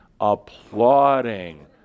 applauding